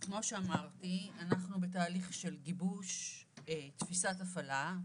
כמו שאמרתי, אנחנו בתהליך של גיבוש תפיסת הפעלה.